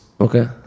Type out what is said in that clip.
okay